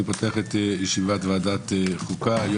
אני פותח את ישיבת ועדת החוקה חוק ומשפט.